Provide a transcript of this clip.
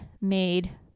made